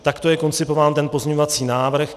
Takto je koncipován pozměňovací návrh.